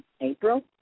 April